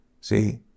See